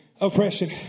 oppression